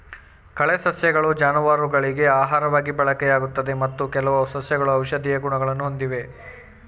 ಕಳೆ ಸಸ್ಯಗಳು ಜಾನುವಾರುಗಳಿಗೆ ಆಹಾರವಾಗಿ ಬಳಕೆಯಾಗುತ್ತದೆ ಮತ್ತು ಕೆಲವು ಸಸ್ಯಗಳು ಔಷಧೀಯ ಗುಣಗಳನ್ನು ಹೊಂದಿವೆ